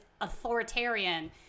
authoritarian